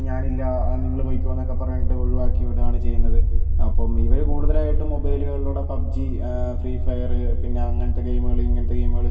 ഞാനില്ല നിങ്ങള് പോയ്ക്കോ എന്നൊക്കെ പറഞ്ഞിട്ട് ഒഴിവാക്കി വിടുവാണ് ചെയ്യുന്നത് അപ്പം ഇവര് കൂടുതലായിട്ടും മൊബൈലുകളിലൂടെ പബ്ജി ഫ്രീ ഫയറ് പിന്നെ അങ്ങനത്തെ ഗെയിമുകള് ഇങ്ങനത്തെ ഗെയിമുകള്